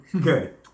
good